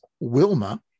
Wilma